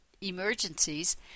emergencies